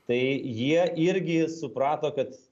tai jie irgi suprato kad